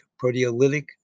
proteolytic